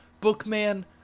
bookman